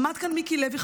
עמד כאן מיקי לוי,